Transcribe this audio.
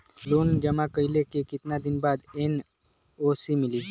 Loan जमा कइले के कितना दिन बाद एन.ओ.सी मिली?